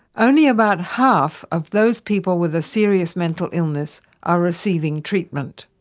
only about half of those people with a serious mental illness are receiving treatment.